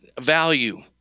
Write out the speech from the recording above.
value